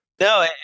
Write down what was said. no